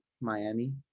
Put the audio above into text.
Miami